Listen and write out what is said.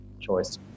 choice